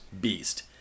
beast